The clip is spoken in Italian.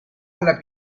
alla